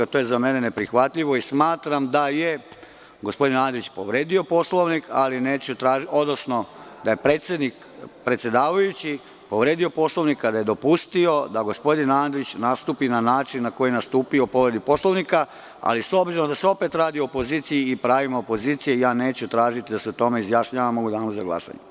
To je za mene neprihvatljivo i smatram da je gospodin Andrić povredio Poslovnik, odnosno da je predsedavajući povredio Poslovnik kada je dopustio da gospodin Andrić nastupi na način na koji je nastupio po povredi Poslovnika, ali s obzirom da se radi o opoziciji, pravila opozicije, neću tražiti da se o tome izjašnjavamo u danu za glasanje.